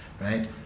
right